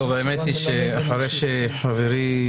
האמת היא שאחרי שחברי,